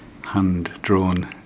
hand-drawn